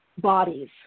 bodies